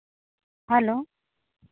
hello